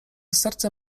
serce